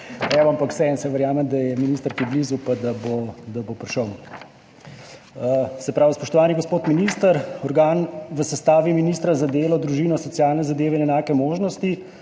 ampak vseeno, saj verjamem, da je minister blizu in da bo prišel. Spoštovani gospod minister! Organ v sestavi ministra za delo, družino, socialne zadeve in enake možnosti,